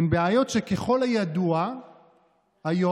הן בעיות שככל הידוע היום,